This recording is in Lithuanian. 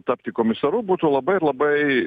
tapti komisaru būtų labai labai